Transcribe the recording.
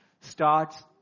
starts